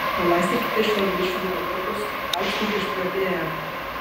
palaistykite šiuo mišiniu agurkus augs kaip išprotėję